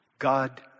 God